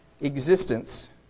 existence